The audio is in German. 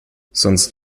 sonst